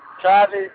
Travis